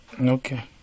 Okay